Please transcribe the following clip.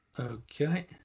Okay